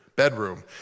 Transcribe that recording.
bedroom